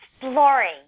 exploring